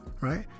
right